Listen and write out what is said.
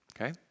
Okay